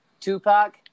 Tupac